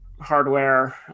hardware